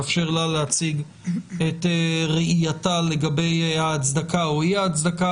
לאפשר לה להציג את ראייתה לגבי ההצדקה או אי ההצדקה